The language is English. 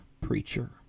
preacher